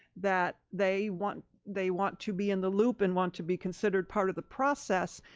that they want they want to be in the loop and want to be considered part of the process.